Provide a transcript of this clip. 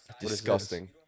Disgusting